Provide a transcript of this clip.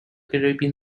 caribbean